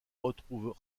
retrouvent